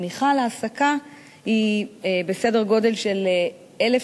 והתמיכה להעסקה היא בסדר גודל של 1,000